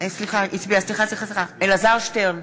אלעזר שטרן,